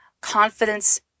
confidence